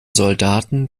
soldaten